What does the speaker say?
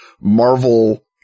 Marvel